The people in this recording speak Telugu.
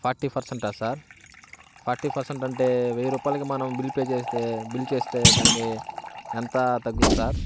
ఫార్టీ పర్సెంటా సార్ ఫార్టీ పర్సెంట్ అంటే వెయ్యి రూపాయలకి మనం బిల్ పే చేస్తే బిల్ చేస్తే దానికి ఎంత తగ్గుద్ధి సార్